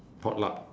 potluck